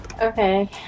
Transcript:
Okay